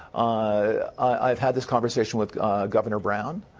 i had this conversation with governor brown,